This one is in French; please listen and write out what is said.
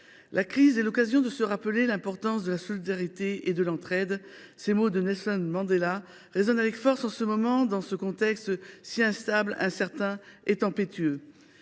la crise est l’occasion de se rappeler l’importance de la solidarité et de l’entraide »: ces mots de Nelson Mandela résonnent avec force en ce moment, dans un contexte instable, incertain et tempétueux.